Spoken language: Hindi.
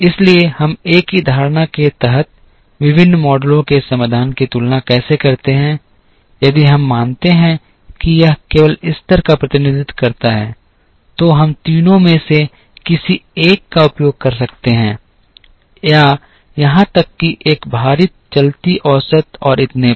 इसलिए हम एक ही धारणा के तहत विभिन्न मॉडलों के समाधानों की तुलना कैसे करते हैं यदि हम मानते हैं कि यह केवल स्तर का प्रतिनिधित्व करता है तो हम तीनों में से किसी एक का उपयोग कर सकते हैं या यहां तक कि एक भारित चलती औसत और इतने पर